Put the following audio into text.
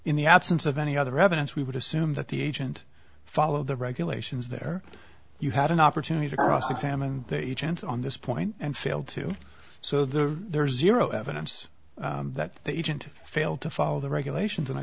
in the absence of any other evidence we would assume that the agent follow the regulations there you had an opportunity to cross examine the agent on this point and failed to so the there's zero evidence that the agent failed to follow the regulations and i